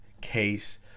case